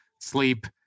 sleep